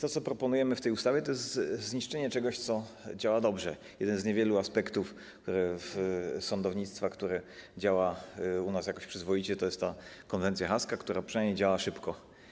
To, co proponujemy w tej ustawie, to jest zniszczenie czegoś, co działa dobrze - jeden z niewielu aspektów sądownictwa, które działają u nas jakoś przyzwoicie, to jest ta konwencja haska, która przynajmniej działa szybko.